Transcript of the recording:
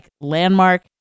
landmark